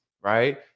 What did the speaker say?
right